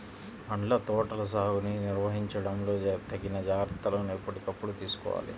పండ్ల తోటల సాగుని నిర్వహించడంలో తగిన జాగ్రత్తలను ఎప్పటికప్పుడు తీసుకోవాలి